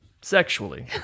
sexually